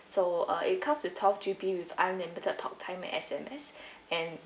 so uh it comes with twelve G_B with unlimited talk time S_M_S and